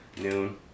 noon